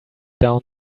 down